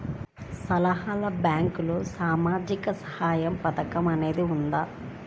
అసలు బ్యాంక్లో సామాజిక సహాయం పథకం అనేది వున్నదా?